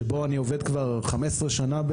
שאני עובד בו כבר בערך 15 שנה.